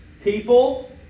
people